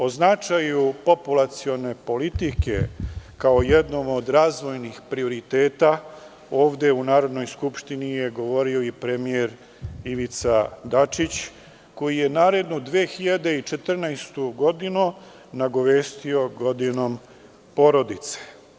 O značaju populacione politike, kao jednom od razvojnih prioriteta, ovde u Narodnoj skupštini je govorio i premijer Ivica Dačić koji je narednu 2014. godinu nagovestio godinom porodice.